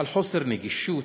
על חוסר נגישות,